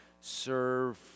serve